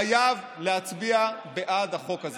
חייב להצביע בעד החוק הזה.